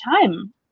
time